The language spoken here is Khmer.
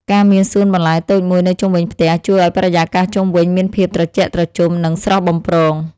ការមានសួនបន្លែតូចមួយនៅជុំវិញផ្ទះជួយឱ្យបរិយាកាសជុំវិញមានភាពត្រជាក់ត្រជុំ និងស្រស់បំព្រង។